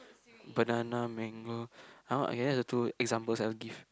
banana mango I want that are the two examples I will give